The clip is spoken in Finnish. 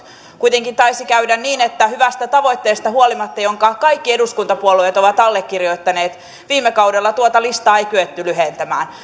kuitenkin taisi käydä niin että huolimatta hyvästä tavoitteesta jonka kaikki eduskuntapuolueet ovat allekirjoittaneet viime kaudella tuota listaa ei kyetty lyhentämään